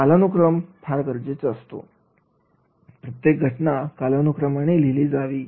कालानुक्रम फार गरजेचा असतो प्रत्येक घटना कालानुक्रमाने लिहिली जावी